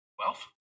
wealth